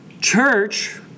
Church